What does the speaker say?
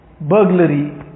burglary